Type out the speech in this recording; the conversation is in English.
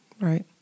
Right